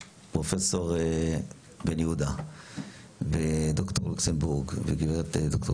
פרופ' בן יהודה וד"ר לוקסנבורג וגברת ד"ר